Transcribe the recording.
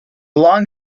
long